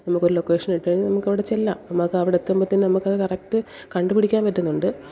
നമുക്ക് ഒരു ലൊക്കേഷൻ ഇട്ട് നമുക്ക് അവിടെ ചെല്ലാം നമുക്ക് അവിടെ എത്തുമ്പോഴത്തേക്ക് നമുക്ക് അത് കറക്റ്റ് കണ്ടു പിടിക്കാന് പറ്റുന്നുണ്ട്